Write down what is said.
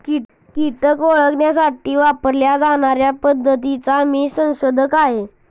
कीटक ओळखण्यासाठी वापरल्या जाणार्या पद्धतीचा मी संशोधक आहे